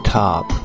top